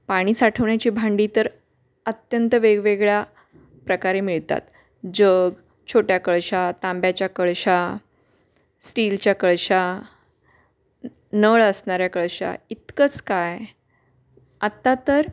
पाणी साठवण्याची भांडी तर अत्यंत वेगवेगळ्या प्रकारे मिळतात जग छोट्या कळशा तांब्याच्या कळशा स्टीलच्या कळशा नळ असणाऱ्या कळशा इतकंच काय आत्ता तर